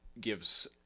gives